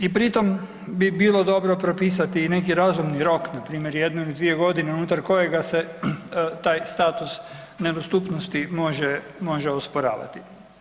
I pri tom bi bilo dobro propisati i neki razumni rok npr. jednu ili dvije godine unutar kojega se taj status nedostupnosti može, može osporavati.